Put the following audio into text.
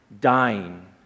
dying